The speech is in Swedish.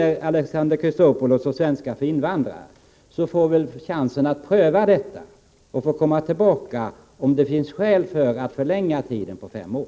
Till Alexander Chrisopoulos vill jag säga att vi väl får chansen på nytt att pröva om det finns skäl att förlänga tiden för rätt till svenskundervisning för invandrare utöver fem år.